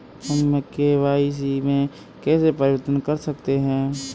हम के.वाई.सी में कैसे परिवर्तन कर सकते हैं?